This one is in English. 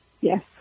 Yes